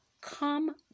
come